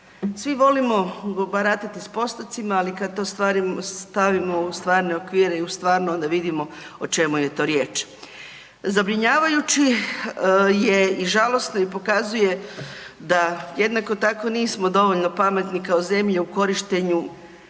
Svi volimo baratati s postocima ali kad to stavimo u stvarne okvire i u stvarno onda vidimo o čemu je to riječ. Zabrinjavajući je i žalosno i pokazuje da jednako tako nismo dovoljno pametni kao zemlja u korištenju